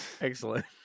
Excellent